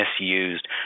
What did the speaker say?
misused